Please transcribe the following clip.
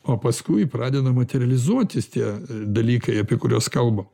o paskui pradeda materializuotis tie dalykai apie kuriuos kalbam